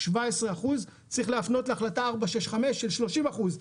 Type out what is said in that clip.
17 אחוזים, צריך להפנות להחלטה 465 של 30 אחוזים.